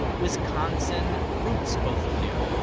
wisconsin roots, both of you,